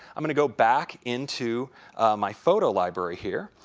i'm going to go back into my photo library here.